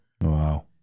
Wow